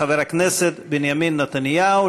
חבר הכנסת בנימין נתניהו,